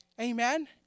Amen